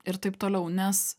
ir taip toliau nes